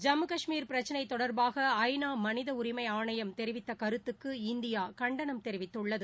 ஜம்மு கஷ்மீர் பிரச்சினை தொடர்பாக ஐ நா மனித உரிமை ஆணையம் தெரிவித்த கருத்துக்கு இந்தியா கண்டனம் தெரிவித்துள்ளது